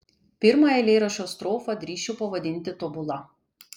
pirmąją eilėraščio strofą drįsčiau pavadinti tobula